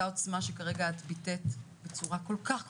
עוצמה שכרגע את ביטאת בצורה כל כך ברורה,